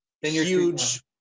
huge